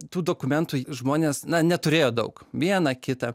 tų dokumentų žmonės na neturėjo daug vieną kitą